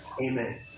Amen